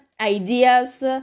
ideas